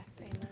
Amen